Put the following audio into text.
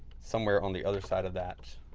somewhere on the other side of that,